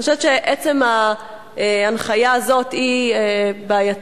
אני חושבת שעצם ההנחיה הזאת כאן היא בעייתית,